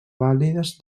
vàlides